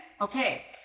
okay